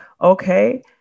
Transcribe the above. okay